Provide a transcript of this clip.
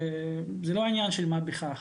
וזה לא העניין של מה שבכך.